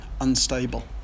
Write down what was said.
unstable